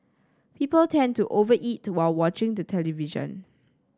people tend to over eat while watching the television